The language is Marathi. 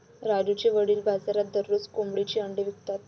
राजूचे वडील बाजारात दररोज कोंबडीची अंडी विकतात